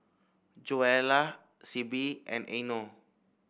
Joella Sibbie and Eino